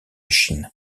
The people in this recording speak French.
chine